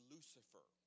Lucifer